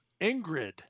ingrid